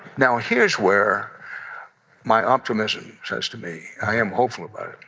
now, here's where my optimism says to me i am hopeful about